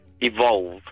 evolve